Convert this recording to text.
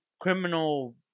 criminal